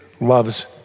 Loves